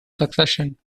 succession